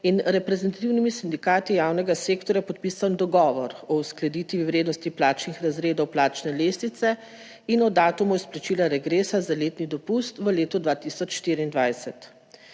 in reprezentativnimi sindikati javnega sektorja podpisan dogovor o uskladitvi vrednosti plačnih razredov plačne lestvice in o datumu izplačila regresa za letni dopust v letu 2024.